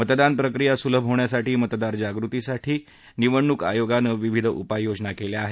मतदान प्रक्रिया सुलभ होण्यासाठी मतदार जागृतीसाठी निवडणूक आयोगानं विविध उपायोजना केल्या आहेत